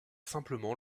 simplement